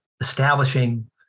establishing